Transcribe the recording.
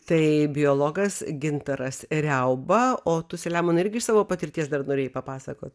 tai biologas gintaras riauba o tu selemonai irgi iš savo patirties dar norėjai papasakot